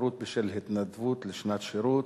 (התפטרות בשל התנדבות לשנת שירות),